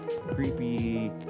Creepy